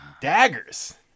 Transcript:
Daggers